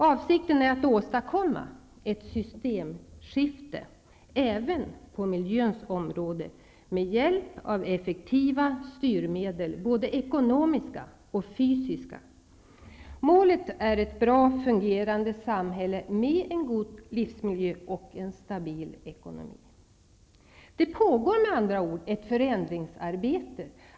Avsikten är att åstadkomma ett systemskifte även på miljöns område med hjälp av effektiva styrmedel, både ekonomiska och fysiska. Målet är ett bra fungerande samhälle med en god livsmiljö och en stabil ekonomi. Det pågår med andra ord ett förändringsarbete.